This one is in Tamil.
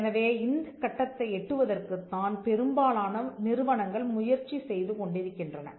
எனவே இந்தக் கட்டத்தை எட்டுவதற்குத் தான் பெரும்பாலான நிறுவனங்கள் முயற்சி செய்து கொண்டிருக்கின்றன